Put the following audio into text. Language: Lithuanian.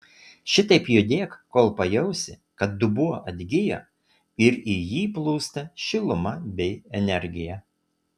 šitaip judėk kol pajausi kad dubuo atgijo ir į jį plūsta šiluma bei energija